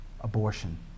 abortion